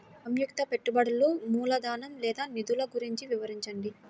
సంయుక్త పెట్టుబడులు మూలధనం లేదా నిధులు గురించి వివరించండి?